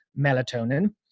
melatonin